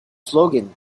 slogan